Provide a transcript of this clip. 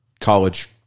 college